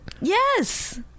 Yes